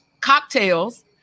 cocktails